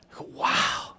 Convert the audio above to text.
wow